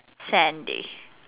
Sandy